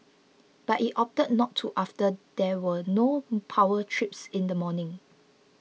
but it opted not to after there were no power trips in the morning